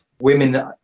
women